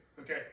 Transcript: Okay